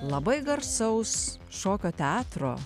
labai garsaus šokio teatro